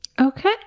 Okay